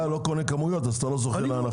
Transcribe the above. אתה לא קונה כמויות אז אתה לא זוכה להנחה.